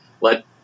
let